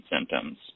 symptoms